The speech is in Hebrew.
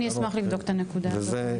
אני אשמח לבדוק את הנקודה הזאת.